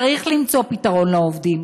צריך למצוא פתרון לעובדים,